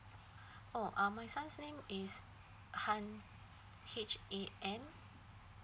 oh uh my son's name is han h a n